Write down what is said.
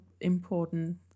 important